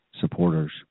supporters